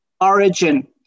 origin